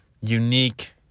unique